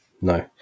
no